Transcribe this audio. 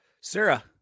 Sarah